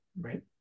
Right